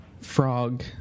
frog